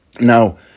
Now